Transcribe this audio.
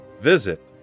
visit